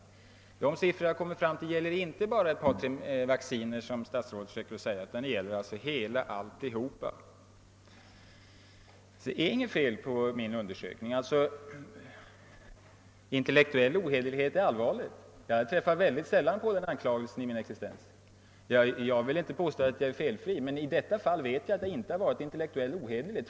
Och de siffror jag kommit fram till avser inte bara ett par tre vacciner, som statsrådet försökte göra gällande, utan de rör hela verksamheten. Det är alltså inget fel på min undersökning. Intellektuell ohederlighet är en mycket allvarlig anklagelse som jag mycket sällan lastas för. Jag vill inte påstå att jag är felfri, men i detta fall har jag inte varit intellektuellt ohederlig.